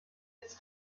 des